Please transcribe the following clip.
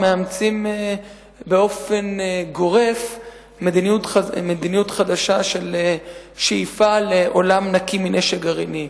מאמצים באופן גורף מדיניות חדשה של שאיפה לעולם נקי מנשק גרעיני.